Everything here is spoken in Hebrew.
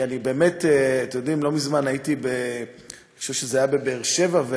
כי אני באמת, אתם יודעים, לא מזמן הייתי בבאר שבע.